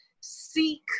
seek